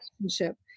relationship